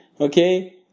Okay